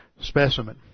specimen